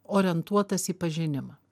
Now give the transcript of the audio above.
orientuotas į pažinimą